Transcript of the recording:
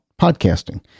podcasting